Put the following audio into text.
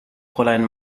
fräulein